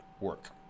work